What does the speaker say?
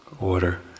order